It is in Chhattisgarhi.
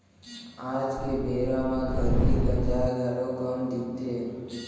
आज के बेरा म खरही गंजाय घलौ कम दिखथे